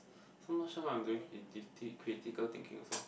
so much so I'm doing creative critical thinking also